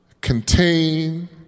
contain